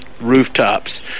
rooftops